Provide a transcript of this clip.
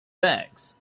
bags